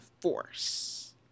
Force